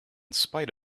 spite